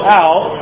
out